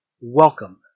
Welcome